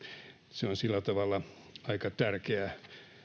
se on sillä tavalla aika tärkeä